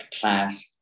class